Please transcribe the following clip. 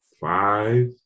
five